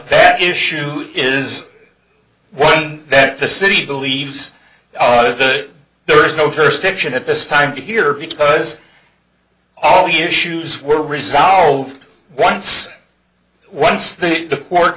that issue is one that the city believes that there is no jurisdiction at this time to hear because all your issues were resolved once once they work